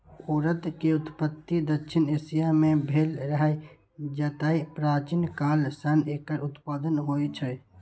उड़द के उत्पत्ति दक्षिण एशिया मे भेल रहै, जतय प्राचीन काल सं एकर उत्पादन होइ छै